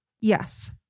Yes